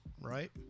right